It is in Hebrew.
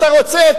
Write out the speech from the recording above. אתה רוצה,